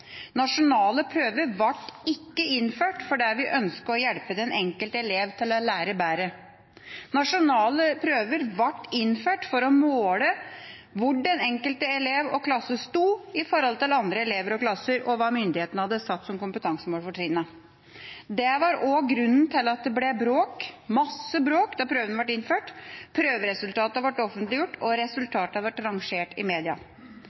Nasjonale prøver ble ikke innført fordi vi ønsket å hjelpe den enkelte elev til å lære bedre. Nasjonale prøver ble innført for å måle hvor den enkelte elev og klasse sto i forhold til andre elever og klasser, og hva myndighetene hadde satt som kompetansemål for trinnene. Det var òg grunnen til at det ble bråk, masse bråk, da prøvene ble innført. Prøveresultatene ble offentliggjort, og resultatene ble rangert i media.